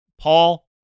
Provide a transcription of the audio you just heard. Paul